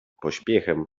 pośpiechem